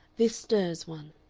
this stirs one.